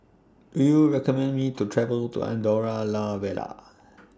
Do YOU recommend Me to travel to Andorra La Vella